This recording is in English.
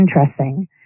interesting